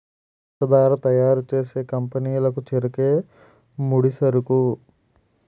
పంచదార తయారు చేసే కంపెనీ లకు చెరుకే ముడిసరుకు